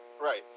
right